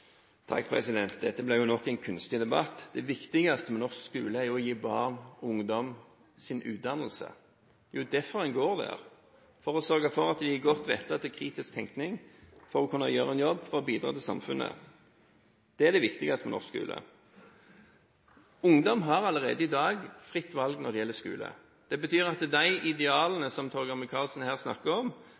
Dette blir nok en kunstig debatt. Det viktigste med norsk skole er å gi barn og ungdom utdannelse. Det er derfor en går der, for å sørge for at en er godt rustet til kritisk tenkning, for å kunne gjøre en jobb for å bidra til samfunnet. Det er det viktigste med norsk skole. Ungdom har allerede i dag fritt valg når det gjelder skole. Det betyr at for å kunne innfri de idealene som Torgeir Micaelsen snakker om,